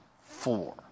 Four